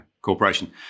Corporation